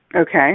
Okay